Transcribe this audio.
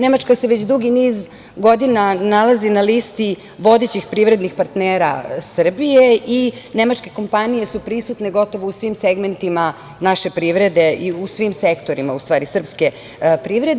Nemačka se već dugi niz godina nalazi na listi vodećih privrednih partnera Srbije i nemačke kompanije su prisutne gotovo u svim segmentima naše privrede i u svim sektorima srpske privrede.